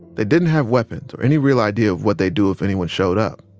they didn't have weapons or any real idea of what they'd do if anyone showed up.